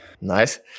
Nice